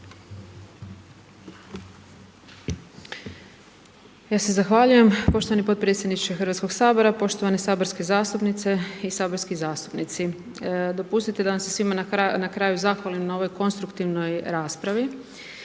Ja se zahvaljujem, poštovani podpredsjedniče Hrvatskog sabora, poštovane saborske zastupnice i saborski zastupnici, dopustite da vam se svima na kraju zahvalim na ovoj konstruktivnoj raspravi.